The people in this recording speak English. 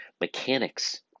mechanics